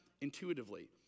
intuitively